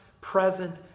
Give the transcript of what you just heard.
present